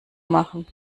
machen